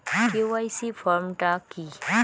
KYC form টা কি?